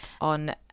on